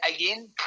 again